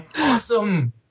Awesome